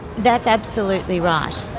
that's absolutely right.